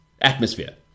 atmosphere